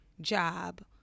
job